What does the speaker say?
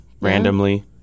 randomly